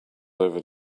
over